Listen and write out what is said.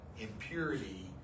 impurity